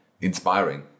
inspiring